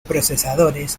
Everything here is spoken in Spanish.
procesadores